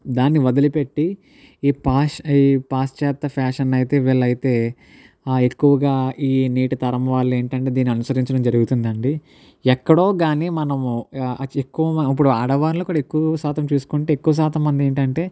దాన్ని వదిలిపెట్టి ఈ పాశ్ ఈ పాశ్చాత్య ఫ్యాషన్ని అయితే వీళ్ళు అయితే ఎక్కువగా ఈ నేటితరం వాళ్ళు ఏంటి అంటే దీన్ని అనుసరించడం జరుగుతుంది అండి ఎక్కడో కానీ మనము ఆ ఎక్కువ మ ఇప్పుడు ఆడవాళ్ళు కూడా ఎక్కువ శాతం చూసుకుంటే ఎక్కువ శాతం మంది ఏంటి అంటే